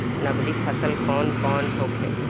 नकदी फसल कौन कौनहोखे?